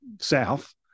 south